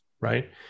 right